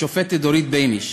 השופטת דורית בייניש,